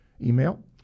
email